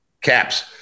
Caps